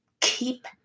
keep